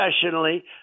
professionally